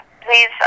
please